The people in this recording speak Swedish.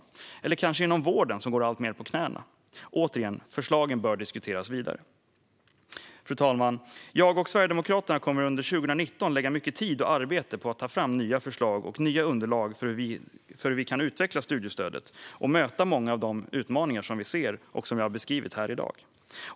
Det kanske också skulle kunna innefatta vården, som går alltmer på knäna? Återigen: Förslagen bör diskuteras vidare. Fru talman! Jag och Sverigedemokraterna kommer under 2019 att lägga mycket tid och arbete på att ta fram nya förslag och nya underlag för hur vi kan utveckla studiestödet och möta många av de utmaningar som vi ser och som jag har beskrivit här i dag.